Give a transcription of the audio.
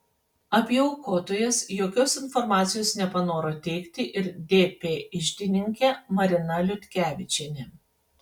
apie aukotojas jokios informacijos nepanoro teikti ir dp iždininkė marina liutkevičienė